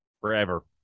forever